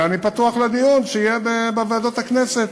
אלא אני פתוח לדיון שיהיה בוועדות הכנסת.